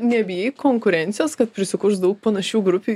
nebijai konkurencijos kad prisikurs daug panašių grupių